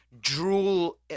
drool